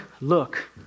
look